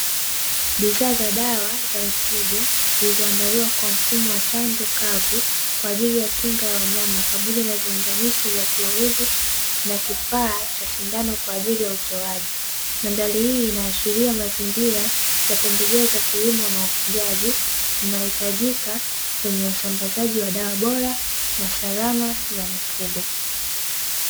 Bidhaa za dawa za mifugo, zilizoandaliwa kwa mfumo wa chanjo kavu, kwa ajili ya kinga ya wanyama pamoja na viunganishi vya kiurefu na kifaa cha sindano kwa ajili ya utoaji. Mandhari hii inaashiria mazingira ya pembejeo za kilimo na wafugaji, inayohitajika kwenye usambazaji wa dawa bora na salama za mifugo.